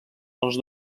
els